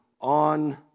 on